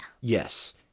Yes